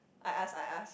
I ask I ask